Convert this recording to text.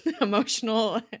Emotional